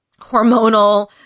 hormonal